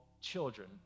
children